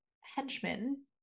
henchmen